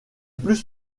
plus